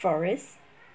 forest